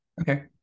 Okay